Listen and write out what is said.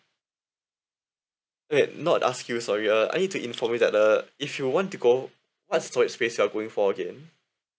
okay not ask you sorry uh I need to inform you that uh if you want to go what's storage space you're going for again